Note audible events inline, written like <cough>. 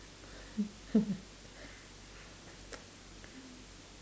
<laughs>